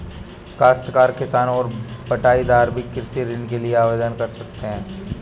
काश्तकार किसान और बटाईदार भी कृषि ऋण के लिए आवेदन कर सकते हैं